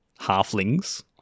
halflings